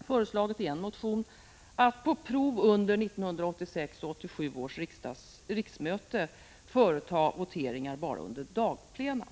föreslagit i en motion att på prov under 1986/87 års riksmöte företa voteringar bara under dagplena.